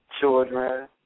children